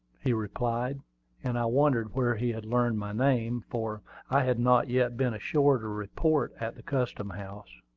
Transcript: he replied and i wondered where he had learned my name, for i had not yet been ashore to report at the custom-house.